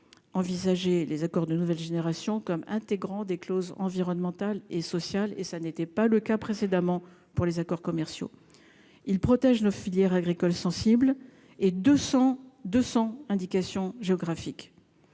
envisager les accords de nouvelle génération, comme intégrant des clauses environnementales et sociales, et ça n'était pas le cas précédemment pour les accords commerciaux il protège nos filières agricoles sensibles et 200 200 Indication géographique